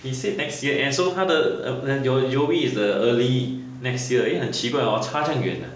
he said next year end so 他的 joey is the early next year eh 很奇怪 hor 差这样远啊